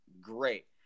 great